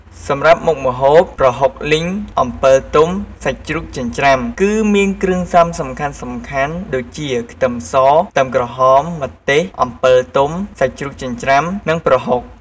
សម្រាប់មុខម្ហូប ប្រហុកលីងអំពិលទុំសាច់ជ្រូកចិញ្ច្រាំ គឺមានគ្រឿងផ្សំសំខាន់ៗដូចជា ខ្ទឹមស ខ្ទឹមក្រហម ម្ទេស អំពិលទុំ សាច់ជ្រូកចិញ្ច្រាំ និងប្រហុក។